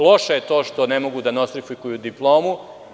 Loše je to što ne mogu da nostrifikuju diplomu.